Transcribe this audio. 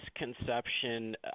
misconception